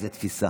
זו תפיסה.